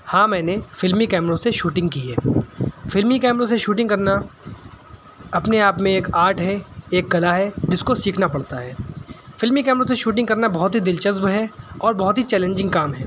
ہاں میں نے فلمی کیمروں سے شوٹنگ کی ہے فلمی کیمروں سے شوٹنگ کرنا اپنے آپ میں ایک آرٹ ہے ایک کلا ہے جس کو سیکھنا پڑتا ہے فلمی کیمروں سے شوٹنگ کرنا بہت ہی دلچسب ہے اور بہت ہی چیلنجنگ کام ہے